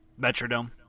Metrodome